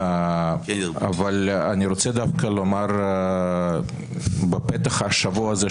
אבל אני רוצה דווקא לומר בפתח השבוע הזה,